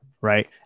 right